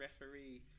referee